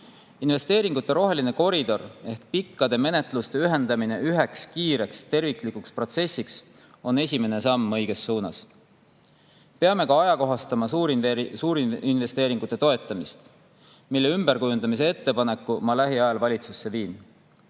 Investeeringute roheline koridor ehk pikkade menetluste ühendamine üheks kiireks terviklikuks protsessiks on esimene samm õiges suunas. Peame ka ajakohastama suurinvesteeringute toetamist. Selle ümberkujundamise ettepaneku viin ma lähiajal valitsusse.